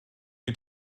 wyt